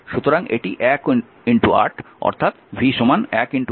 সুতরাং এটি 1 8 অর্থাৎ v 1 8 8 ভোল্ট